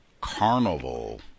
carnival